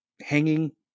hanging